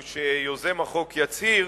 הוא שיוזם החוק יצהיר